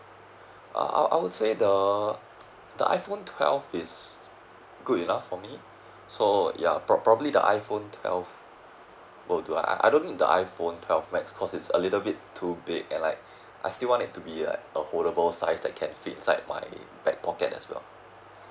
I I would say the iPhone twelve is good enough for me so ya pro~ probably the iPhone twelve oh do I don't need the iPhone twelve max because it's a little bit to big and like I still want it to be like affordable size that can fit inside my back pocket as well